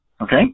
Okay